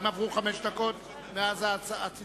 האם עברו חמש דקות מאז הצלצול?